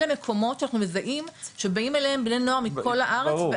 אלה מקומות שאנחנו מזהים שבאים אליהם בני נוער מכל הארץ,